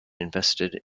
invested